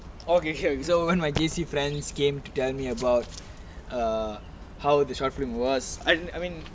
okay sure so when my J_C friends came to tell me about uh how the short film was I I mean